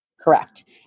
Correct